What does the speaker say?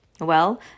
Well